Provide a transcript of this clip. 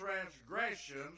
transgressions